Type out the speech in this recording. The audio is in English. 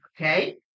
Okay